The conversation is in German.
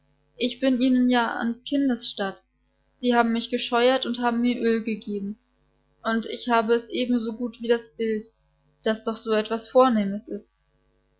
ich bin ihnen ja an kindes statt sie haben mich gescheuert und haben mir öl gegeben und ich habe es eben so gut wie das bild das doch so etwas vornehmes ist